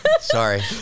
Sorry